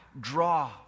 draw